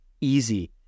easy